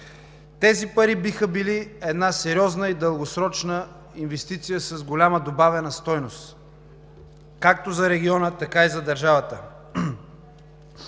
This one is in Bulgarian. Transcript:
тези пари биха били една сериозна и дългосрочна инвестиции с голяма добавена стойност както за региона, така и за държавата.